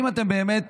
אם אתם באמת